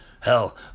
Hell